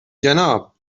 جناب